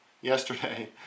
yesterday